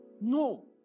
No